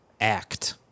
act